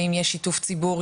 האם יש שיתוף ציבור?